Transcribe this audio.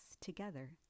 together